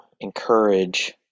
encourage